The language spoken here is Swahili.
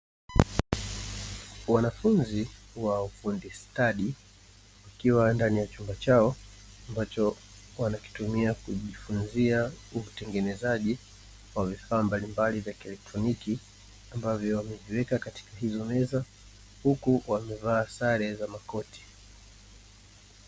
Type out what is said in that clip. Wanafunzi wa ufundi stadi wakiwa ndani ya chumba chao ambacho wanakitumia kujifunzia utengenezaji wa vifaa mbalimbali vya kielektroniki, ambavyo vinatumika katika kutengeneza huku wamevaa sare za makoti.